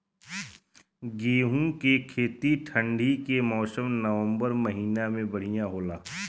गेहूँ के खेती ठंण्डी के मौसम नवम्बर महीना में बढ़ियां होला?